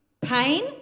pain